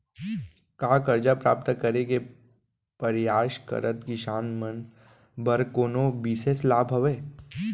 का करजा प्राप्त करे के परयास करत किसान मन बर कोनो बिशेष लाभ हवे?